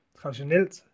traditionelt